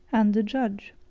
and the judge.